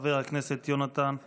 חבר הכנסת יונתן מישרקי.